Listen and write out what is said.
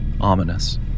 ominous